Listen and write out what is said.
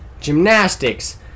gymnastics